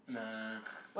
nah